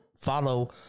follow